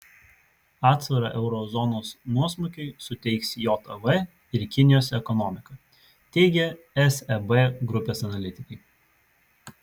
atsvarą euro zonos nuosmukiui suteiks jav ir kinijos ekonomika teigia seb grupės analitikai